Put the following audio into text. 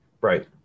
right